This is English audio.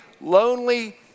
lonely